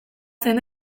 zein